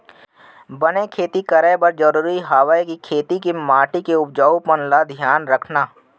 बने खेती करे बर जरूरी हवय कि खेत के माटी के उपजाऊपन ल धियान रखना